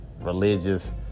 religious